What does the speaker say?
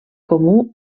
comú